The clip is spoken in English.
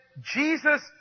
Jesus